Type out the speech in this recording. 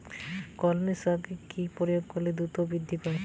কলমি শাকে কি প্রয়োগ করলে দ্রুত বৃদ্ধি পায়?